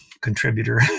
contributor